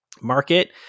market